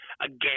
again